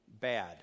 bad